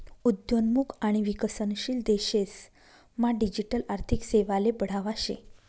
उद्योन्मुख आणि विकसनशील देशेस मा डिजिटल आर्थिक सेवाले बढावा शे